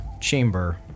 chamber